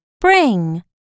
bring